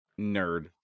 nerd